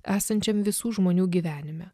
esančiam visų žmonių gyvenime